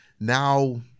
now